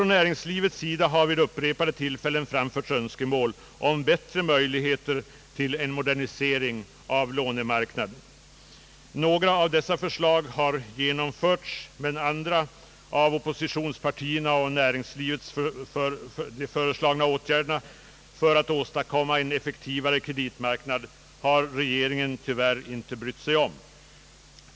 Näringslivet har vid upprepade tillfällen framfört önskemål om bättre möjligheter till en modernisering av lånemarknaden. Några av bankföreningens förslag har genomförts, men andra av oppositionspartierna och näringsli vet föreslagna åtgärder för att åstadkomma en effektivare kreditmarknad har regeringen tyvärr inte brytt sig om.